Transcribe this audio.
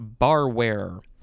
barware